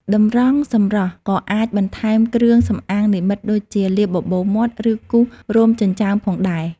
តម្រងសម្រស់ក៏អាចបន្ថែមគ្រឿងសម្អាងនិម្មិតដូចជាលាបបបូរមាត់ឬគូសរោមចិញ្ចើមផងដែរ។